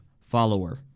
follower